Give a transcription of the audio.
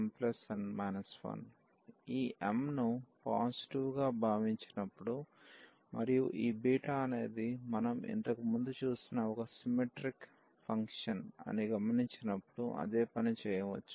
mm1mn 1 ఈ m ను positive గా భావించినప్పుడు మరియు ఈ బీటా అనేది మనం ఇంతకు ముందు చూసిన ఒక సిమ్మెట్రీక్ ఫంక్షన్ అని గమనించినప్పుడు అదే పని చేయవచ్చు